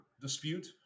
dispute